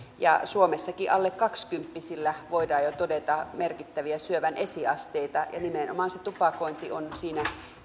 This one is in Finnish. suomessakin alle kaksikymppisillä voidaan jo todeta merkittäviä syövän esiasteita ja nimenomaan se tupakointi on siinä